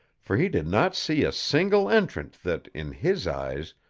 for he did not see a single entrant that, in his eyes,